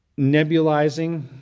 nebulizing